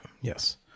Yes